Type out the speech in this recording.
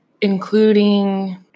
including